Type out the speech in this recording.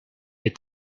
est